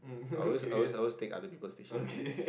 I always I always I always take other peoples stationary